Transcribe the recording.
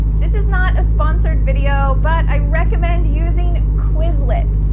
this is not a sponsored video, but i recommend using quizlet.